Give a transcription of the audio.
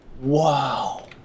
Wow